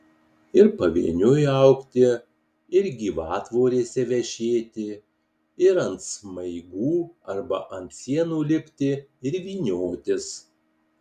ir pavieniui augti ir gyvatvorėse vešėti ir ant smaigų arba ant sienų lipti ir vyniotis